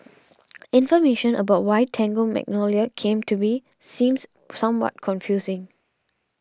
information about why Tango Magnolia came to be seems somewhat confusing